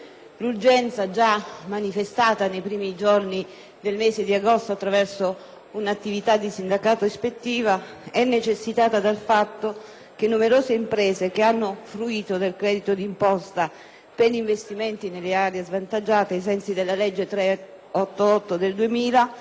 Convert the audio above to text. L'urgenza, già manifestata nei primi giorni del mese di agosto attraverso un'attività di sindacato ispettivo, è necessitata dal fatto che numerose imprese, che hanno fruito del credito d'imposta per investimenti nelle aree svantaggiate ai sensi della legge n. 388 del 2000,